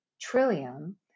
trillium